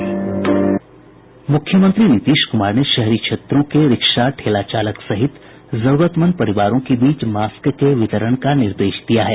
मुख्यमंत्री नीतीश कुमार ने शहरी क्षेत्रों के रिक्शा ठेला चालक सहित जरूरतमंद परिवारों के बीच मास्क के वितरण का निर्देश दिया है